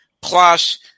plus